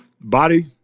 Body